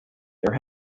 there